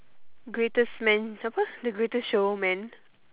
greatest man apa the greatest showman